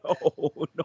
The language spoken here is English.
no